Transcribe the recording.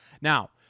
Now